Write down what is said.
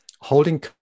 holding